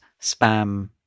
spam